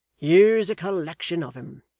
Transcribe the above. here's a collection of em.